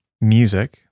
music